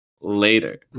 later